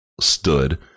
stood